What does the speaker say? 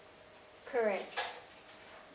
correct